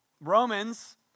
Romans